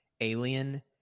alien